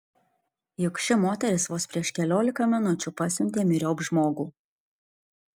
juk ši moteris vos prieš keliolika minučių pasiuntė myriop žmogų